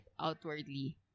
outwardly